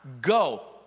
go